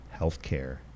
healthcare